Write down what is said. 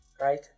right